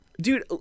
Dude